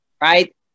right